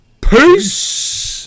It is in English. Peace